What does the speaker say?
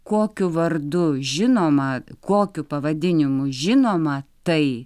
kokiu vardu žinoma kokiu pavadinimu žinoma tai